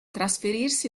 trasferirsi